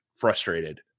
frustrated